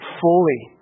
fully